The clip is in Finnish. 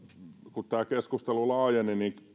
kun tämä keskustelu laajeni että itse näkisin että